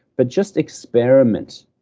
but just experiment.